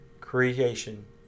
creation